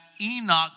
Enoch